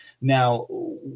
Now